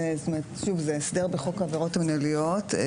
שוב, זה הסדר בחוק העבירות המינהליות.